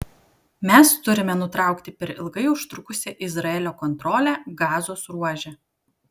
mes turime nutraukti per ilgai užtrukusią izraelio kontrolę gazos ruože